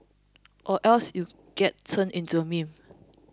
or else you get turned into a meme